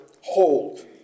hold